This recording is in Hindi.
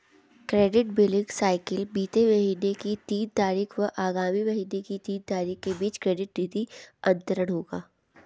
क्रेडिट बिलिंग साइकिल बीते महीने की तीन तारीख व आगामी महीने की तीन तारीख के बीच क्रेडिट निधि अंतरण होगा